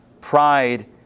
Pride